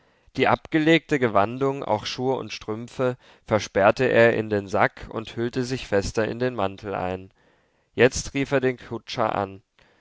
die abgelegte gewandung auch schuhe und strümpfe versperrte er in den sack und hüllte sich fester in den mantel ein jetzt rief er den kutscher an